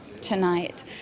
tonight